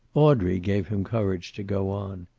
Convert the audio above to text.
audrey gave him courage to go on.